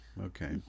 okay